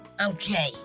Okay